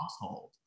household